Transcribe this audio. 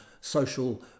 social